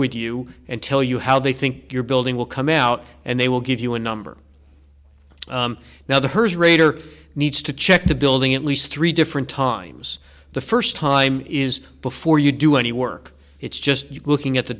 with you and tell you how they think your building will come out and they will give you a number now the first rater needs to check the building at least three different times the first time is before you do any work it's just looking at the